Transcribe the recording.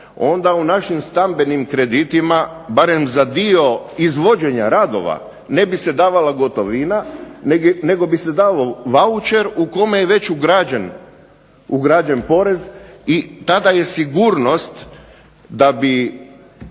onda u našim stambenim kreditima, barem za dio izvođenja radova ne bi se davala gotovina, nego bi se dao vaučer u kome je već ugrađen porez i tada je sigurnost da bi